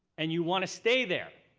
and you want to stay there.